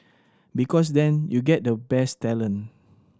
because then you get the best talent